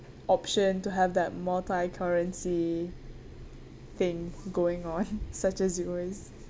option to have that multi currency thing going on such as you always